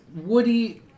Woody